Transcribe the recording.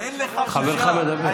אין לך, חברך מדבר.